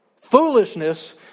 Foolishness